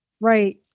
Right